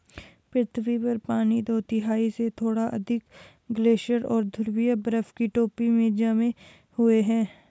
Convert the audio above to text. पृथ्वी पर पानी दो तिहाई से थोड़ा अधिक ग्लेशियरों और ध्रुवीय बर्फ की टोपी में जमे हुए है